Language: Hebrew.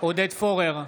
עודד פורר,